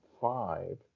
five